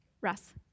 Russ